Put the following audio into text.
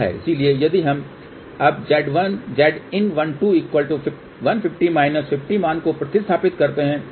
इसलिए यदि हम अब Zin12 150 50 मान को प्रतिस्थापित करते हैं